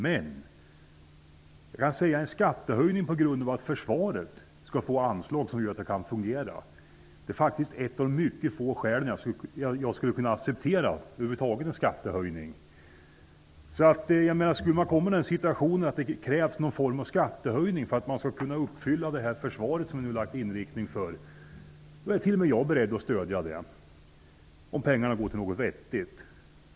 Men en skattehöjning för att försvaret skall få anslag, som innebär att försvaret kan fungera, är ett av de mycket få skäl till skattehöjning som jag skulle kunna acceptera. Skulle vi komma i en sådan situation att det krävs någon form av skattehöjning för att kunna fullfölja Sveriges inriktning av försvaret är t.o.m. jag beredd att stödja ett sådant förslag, under förutsättning att pengarna går till något vettigt.